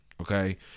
Okay